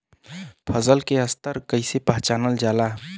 फसल के स्तर के कइसी पहचानल जाला